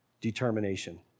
determination